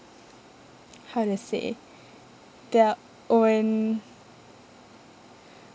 how to say their own